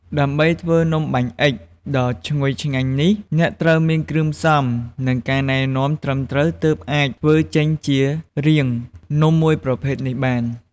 ដើម្បីធ្វើនំបាញ់អុិចដ៏ឈ្ងុយឆ្ងាញ់នេះ អ្នកត្រូវមានគ្រឿងផ្សំ និងមានការណែនាំត្រឹមត្រូវទើបអាចធ្វើចេញជារាងនាំមួយប្រភេទនេះបាន។